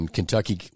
Kentucky